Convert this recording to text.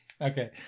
okay